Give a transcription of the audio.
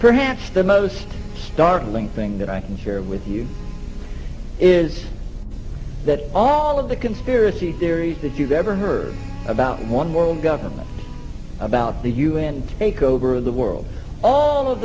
perhaps the most startling thing that i can share with you is that all of the conspiracy theory that you've ever heard about one world government about the un takeover of the world all of